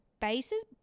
bases